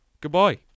Goodbye